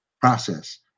process